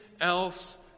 else